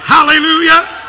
Hallelujah